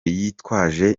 yitwaje